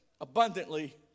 abundantly